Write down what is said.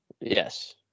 Yes